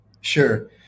Sure